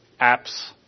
apps